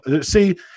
See